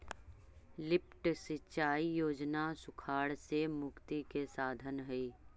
lift सिंचाई योजना सुखाड़ से मुक्ति के साधन हई